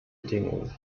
bedingungen